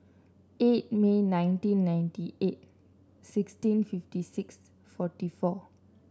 eight May nineteen ninety eight sixteen fifty six forty four